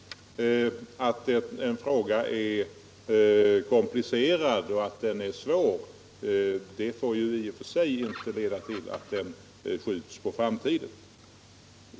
Att en fråga är komplicerad och svår får ju inte i och för sig leda till att den skjuts på framtiden.